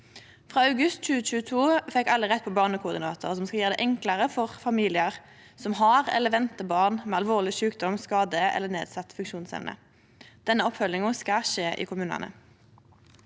Frå august 2022 fekk alle rett på barnekoordinator, som skal gjere det enklare for familiar som har eller ventar barn med alvorleg sjukdom, skade eller nedsett funksjonsevne. Denne oppfølginga skal skje i kommunane.